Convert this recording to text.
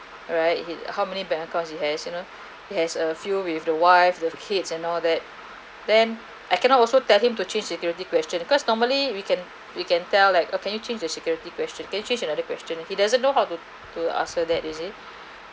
right how many bank accounts he has you know he has a few with the wives the kids and all that then I cannot also tell him to change security question because normally we can we can tell like uh can you change the security question can you change another question he doesn't know how to to answer that you see